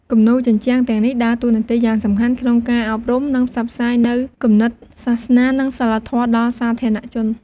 គំនូរជញ្ជាំងទាំងនេះដើរតួនាទីយ៉ាងសំខាន់ក្នុងការអប់រំ និងផ្សព្វផ្សាយនូវគំនិតសាសនា និងសីលធម៌ដល់សាធារណជន។